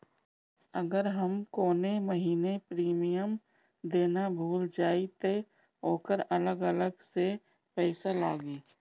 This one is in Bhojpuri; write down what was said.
अगर हम कौने महीने प्रीमियम देना भूल जाई त ओकर अलग से पईसा लागी?